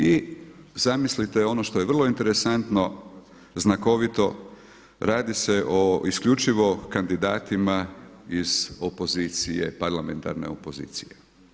I zamislite ono što je vrlo interesantno, znakovito radi se isključivo o kandidatima iz opozicije, parlamentarne opozicije.